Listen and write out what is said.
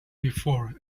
before